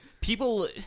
People